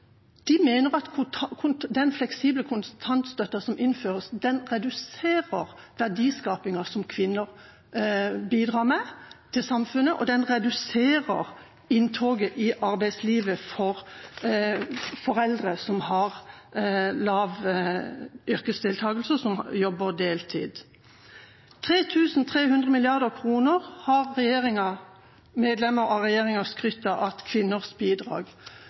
De mener at den fleksible kontantstøtten som innføres, reduserer verdiskapingen som kvinner bidrar med til samfunnet, og den reduserer inntoget i arbeidslivet for foreldre som har lav yrkesdeltagelse, og som jobber deltid. 3 300 mrd. kr har medlemmer av regjeringa skrytt av er kvinners bidrag.